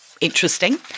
interesting